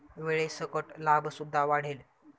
वेळेसकट लाभ सुद्धा वाढेल